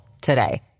today